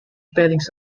spellings